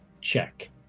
check